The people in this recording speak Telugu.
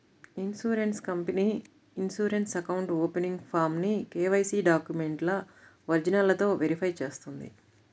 ఇన్సూరెన్స్ కంపెనీ ఇ ఇన్సూరెన్స్ అకౌంట్ ఓపెనింగ్ ఫారమ్ను కేవైసీ డాక్యుమెంట్ల ఒరిజినల్లతో వెరిఫై చేస్తుంది